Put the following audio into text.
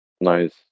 Nice